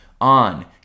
on